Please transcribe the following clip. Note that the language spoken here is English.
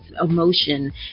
emotion